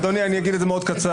אדוני, אני אגיד את זה מאוד קצר.